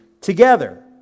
together